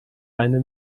eine